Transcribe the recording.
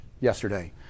yesterday